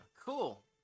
Cool